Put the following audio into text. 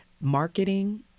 marketing